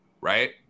Right